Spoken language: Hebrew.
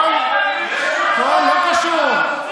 לא קשור.